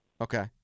Okay